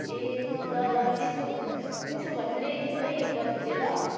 ए ल ल त्यसो भ त्यसो भने ल्याइदिनु है एक बजी चाहिँ ल